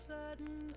sudden